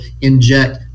inject